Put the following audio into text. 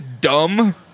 dumb